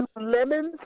lemons